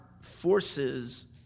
forces